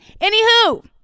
Anywho